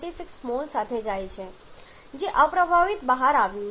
76 મોલ સાથે જાય છે જે અપ્રભાવિત બહાર આવ્યું છે